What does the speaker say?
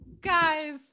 Guys